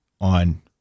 on